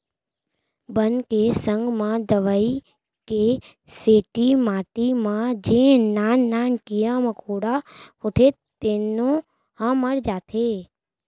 बन के संग म दवई के सेती माटी म जेन नान नान कीरा मकोड़ा होथे तेनो ह मर जाथें